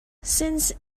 since